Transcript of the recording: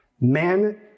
Men